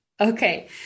Okay